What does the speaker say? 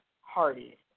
Hardy